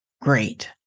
great